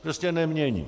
Prostě nemění.